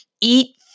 eat